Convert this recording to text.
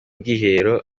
bwiherero